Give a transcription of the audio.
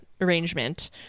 arrangement